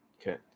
okay